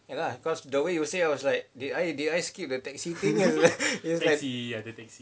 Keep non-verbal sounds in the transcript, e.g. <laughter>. ya lah cause the way you say was like did I did I skip the taxi thing or like <laughs>